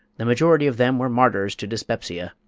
the majority of them were martyrs to dyspepsia.